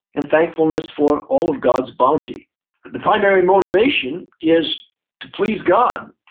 and thankfulness for all of god's bounty the primary motivation is to please god.